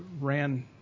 ran